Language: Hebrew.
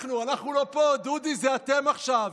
אנחנו לא פה, דודי, זה אתם עכשיו.